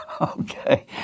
Okay